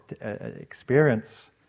experience